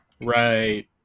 Right